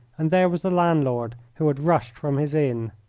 and there was the landlord, who had rushed from his inn.